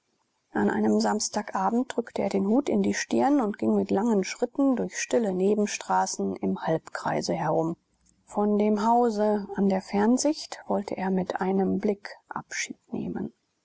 an einem samstagabend drückte er den hut in die stirn und ging mit langen schritten durch stille nebenstraßen im halbkreise herum von dem hause an der fernsicht wollte er mit einem blick abschied nehmen